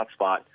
hotspot